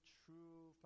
true